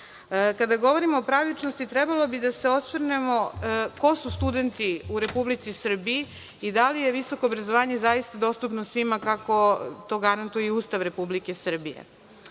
rok. Kada govorimo o pravičnosti, trebalo bi da se osvrnemo ko su studenti u Republici Srbiji i da li visoko obrazovanje zaista dostupno svima kako to garantuje Ustav Republike Srbije?